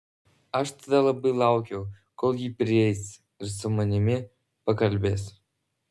aš tada labai laukiau kol ji prieis ir su manimi pakalbės